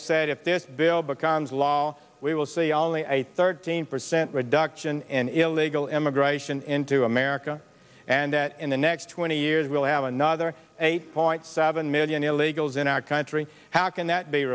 said if this bill becomes law we will see only a thirteen percent reduction in illegal immigration into america and that in the next twenty years we'll have another eight point seven million illegals in our country how can that be